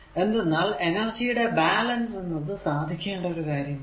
എന്തെന്നാൽ എനെര്ജിയുടെ ബാലൻസ് എന്നത് സാധിക്കേണ്ട ഒരു കാര്യമാണ്